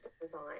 design